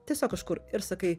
tiesiog kažkur ir sakai